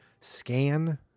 scan